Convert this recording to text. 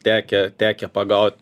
tekę tekę pagaut